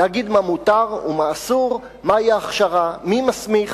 להגיד מה מותר ומה אסור, מהי ההכשרה, מי מסמיך,